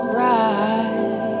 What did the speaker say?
right